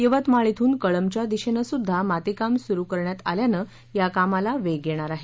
यवतमाळ श्रून कळंबच्या दिशेने सुध्दा मातीकाम सुरु करण्यात आल्यानं या कामाला वेग येणार आहे